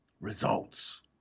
Results